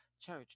Church